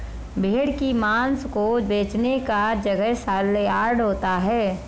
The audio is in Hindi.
भेड़ की मांस को बेचने का जगह सलयार्ड होता है